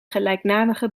gelijknamige